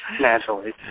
Naturally